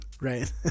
Right